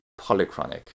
polychronic